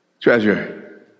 treasure